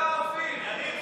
אנחנו מקשיבים.